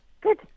Good